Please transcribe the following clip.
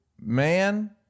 man